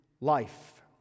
life